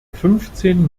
fünfzehn